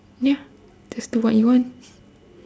ya just do what he wants